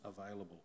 available